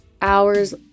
Hours